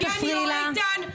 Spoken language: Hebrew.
אל תפריעי לה.